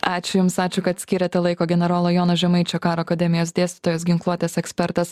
ačiū jums ačiū kad skyrėte laiko generolo jono žemaičio karo akademijos dėstytojas ginkluotės ekspertas